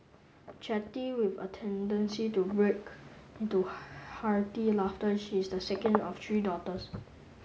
chatty with a tendency to break into hearty laughter she is the second of three daughters